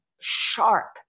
sharp